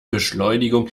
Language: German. beschleunigung